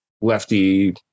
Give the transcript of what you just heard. lefty